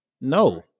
No